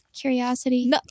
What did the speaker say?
curiosity